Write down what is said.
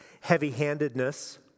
heavy-handedness